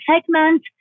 segment